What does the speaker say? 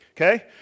Okay